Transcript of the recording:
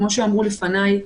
כפי שאמרו לפניי,